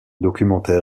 documentaire